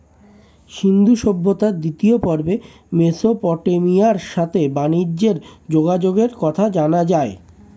সিন্ধু সভ্যতার দ্বিতীয় পর্বে মেসোপটেমিয়ার সাথে বানিজ্যে যোগাযোগের কথা জানা যায়